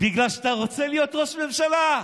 בגלל שאתה רוצה להיות ראש ממשלה.